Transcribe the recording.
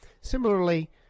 Similarly